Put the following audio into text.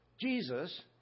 Jesus